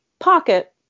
Pocket